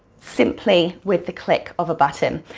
simply with the click of a button.